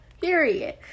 period